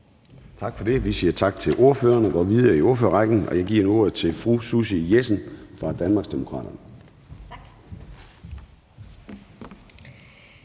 Tak for det. Vi siger tak til ordføreren og går videre i ordførerrækken. Jeg byder velkommen til fru Betina Kastbjerg fra Danmarksdemokraterne. Kl.